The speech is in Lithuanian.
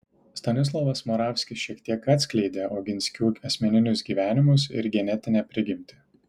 stanislovas moravskis šiek tiek atskleidė oginskių asmeninius gyvenimus ir genetinę prigimtį